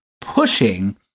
pushing